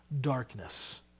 darkness